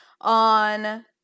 on